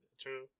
True